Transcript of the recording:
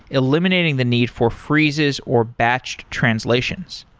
eliminating the need for freezes or batched translations.